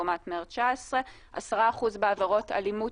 לעומת מרץ 19. 10% בעבירות אלימות